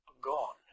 gone